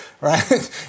right